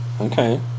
Okay